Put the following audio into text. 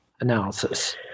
analysis